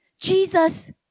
Jesus